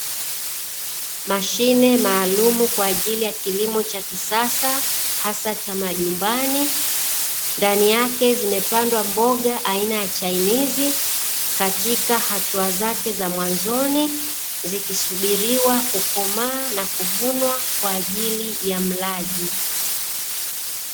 Mashine maalumu kwa ajili ya kilimo cha kisasa hasa cha majumbani, ndani yake zimepandwa mboga aina ya chainizi katika hatua zake za mwanzoni zikisubiriwa kukomaa na kuvunwa kwa ajili ya mlaji.